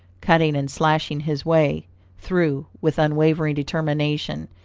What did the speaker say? cutting and slashing his way through with unwavering determination,